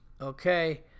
Okay